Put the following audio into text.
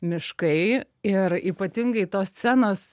miškai ir ypatingai tos scenos